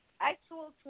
actual